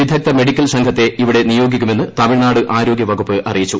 വിദഗ്ധ മെഡിക്കൽ സംഘത്തെ ഇവിടെ നിയോഗിക്കുമെന്ന് തമിഴ്നാട് ആരോഗ്യ വകുപ്പ് അറിയിച്ചു